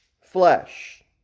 flesh